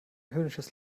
höhnisches